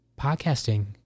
podcasting